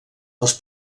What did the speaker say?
els